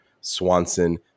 Swanson